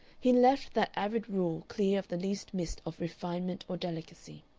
he left that arid rule clear of the least mist of refinement or delicacy.